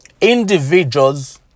individuals